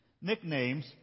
Nicknames